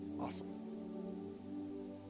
Awesome